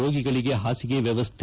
ರೋಗಿಗಳಗೆ ಹಾಸಿಗೆ ವ್ಯವಸ್ಥೆ